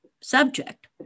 subject